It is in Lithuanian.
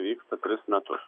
vyksta tris metus